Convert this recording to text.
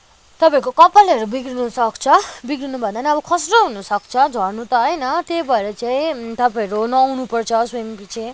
तपाईँहरूको कपालहरू बिग्रिन सक्छ बिग्रिनु भन्दा नि अब खस्रो हुन सक्छ झर्नु त होइन त्यही भएर चाहिँ तपाईँहरू नुहाउनु पर्छ स्विमिङ पिछे